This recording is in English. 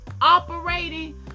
operating